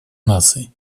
наций